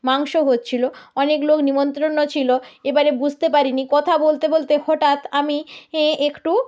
মাংস হচ্ছিল অনেক লোক নিমন্ত্রণও ছিল এবারে বুঝতে পারিনি কথা বলতে বলতে হঠাৎ আমি একটু